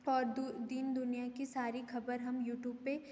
और दू दीन दुनिया की सारी खबर हम यूट्यूब पर